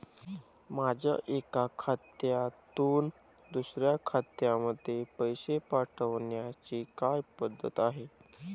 माझ्या एका खात्यातून दुसऱ्या खात्यामध्ये पैसे पाठवण्याची काय पद्धत आहे?